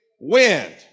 wind